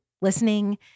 listening